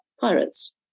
pirates